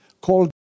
called